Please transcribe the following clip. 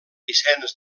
vicenç